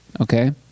okay